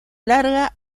larga